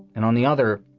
and on the other,